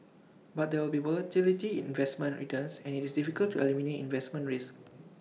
but there will be volatility in investment returns and IT is difficult to eliminate investment risk